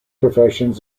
professions